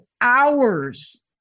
hours